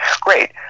great